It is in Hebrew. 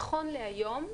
נכון להיום,